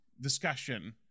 discussion